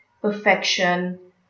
perfection